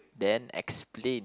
then explain